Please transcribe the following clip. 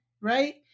right